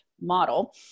model